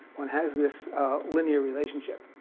one has this linear relationship.